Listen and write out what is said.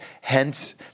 hence